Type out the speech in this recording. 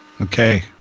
Okay